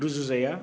रुजुजाया